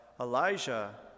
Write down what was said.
Elijah